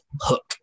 hook